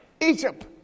Egypt